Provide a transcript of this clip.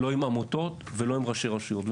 לא עם עמותות ולא עם ראשי רשויות.